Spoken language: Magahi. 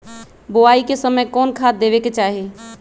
बोआई के समय कौन खाद देवे के चाही?